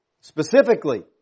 specifically